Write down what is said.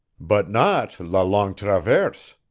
but not la longue traverse,